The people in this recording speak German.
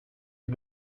die